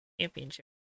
championship